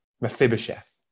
Mephibosheth